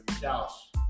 Dallas